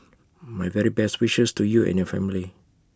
my very best wishes to you and your family